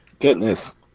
Goodness